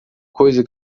coisa